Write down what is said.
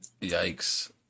Yikes